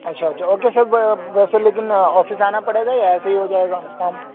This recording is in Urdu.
اچھا اچھا اوکے سر ویسے لیکن آفس آنا پڑے گا یا ایسے ہی ہو جائے گا کام